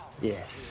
yes